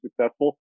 successful